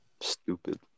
stupid